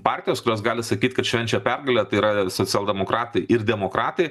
partijos kurios gali sakyt kad švenčia pergalę tai yra socialdemokratai ir demokratai